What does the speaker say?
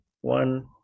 one